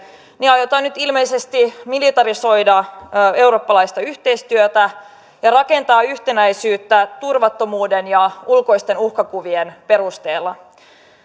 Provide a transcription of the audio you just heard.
aiotaan nyt ilmeisesti militarisoida eurooppalaista yhteistyötä ja rakentaa yhtenäisyyttä turvattomuuden ja ulkoisten uhkakuvien perusteella